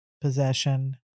possession